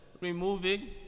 removing